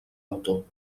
autor